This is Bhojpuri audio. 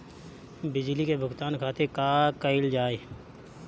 बिजली के भुगतान खातिर का कइल जाइ?